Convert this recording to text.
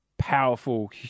Powerful